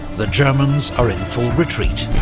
the germans are in full retreat.